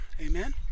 amen